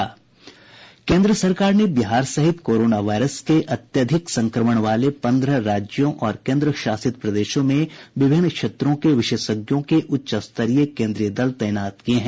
केंद्र सरकार ने बिहार सहित कोरोना वायरस के अत्यधिक संक्रमण वाले पन्द्रह राज्यों और केंद्रशासित प्रदेशों में विभिन्न क्षेत्रों के विशेषज्ञों के उच्च स्तरीय केंद्रीय दल तैनात किए हैं